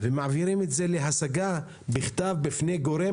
ומעבירים את זה להשגה בכתב בפני גורם,